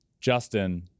Justin